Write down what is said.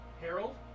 Harold